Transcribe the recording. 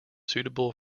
suitable